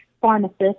pharmacist